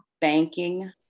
banking